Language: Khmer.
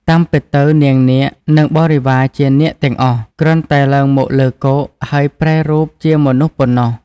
តាមពិតទៅ នាងនាគ និងបរិវារជានាគទាំងអស់ គ្រាន់តែឡើងមកលើគោក ហើយប្រែរូបជាមនុស្សប៉ុណ្ណោះ។